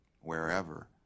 wherever